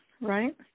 right